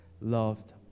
loved